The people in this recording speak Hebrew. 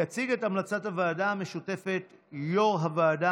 יציג את המלצת הוועדה המשותפת יו"ר הוועדה